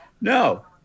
No